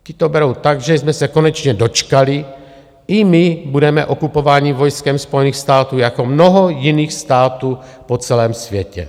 Ti to berou tak, že jsme se konečně dočkali, i my budeme okupováni vojskem Spojených států jako mnoho jiných států po celém světě.